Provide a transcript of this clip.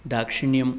दाक्षिण्यं